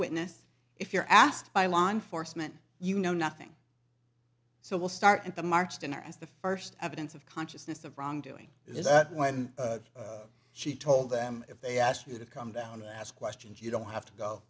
witness if you're asked by law enforcement you know nothing so we'll start at the mark's dinner as the first evidence of consciousness of wrongdoing is that when she told them if they asked you to come down to ask questions you don't have to go